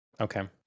okay